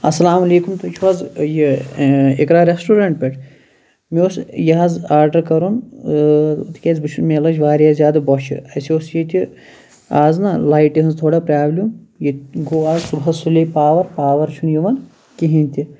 السلام علیکم تُہۍ چھِو حظ یہِ اِقرا ریسٹورینٛٹ پٮ۪ٹھ مےٚ اوس یہِ حظ آرڈَر کَرُن تِکیاز مےٚ چھُنہٕ مےٚ لٔجۍ واریاہ زیادٕ بۄچھہِ اسہِ اوس ییٚتہِ آز نہ لایِٹہِ ہِنٛز تھوڑا پرٛابلم ییٚتہِ گوٚو اَز صُبحس سُلی پاوَر پاوَر چھُنہٕ یِوان کِہیٖنۍ تہِ